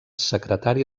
secretari